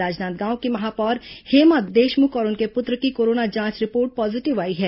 राजनांदगांव की महापौर हेमा देशमुख और उनके पुत्र की कोरोना जांच रिपोर्ट पॉजीटिव आई है